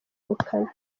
ubukana